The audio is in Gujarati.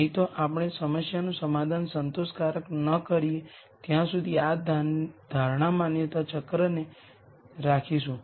નહીં તો આપણે સમસ્યાનું સમાધાન સંતોષકારક ન કરીએ ત્યાં સુધી આ ધારણા માન્યતા ચક્રને રાખીશું